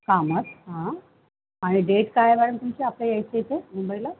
कामत हां आणि डेट काय आहे मॅडम तुमची आपल्या यायची येथे मुंबईला